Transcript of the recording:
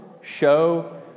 show